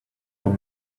your